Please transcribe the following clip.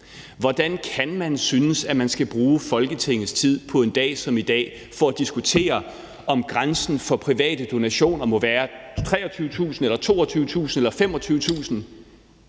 Hvordan kan man synes, at man skal bruge Folketingets tid på en dag som i dag på at diskutere, om grænsen for private donationer må være 22.000 kr., 23.000 kr. eller 25.000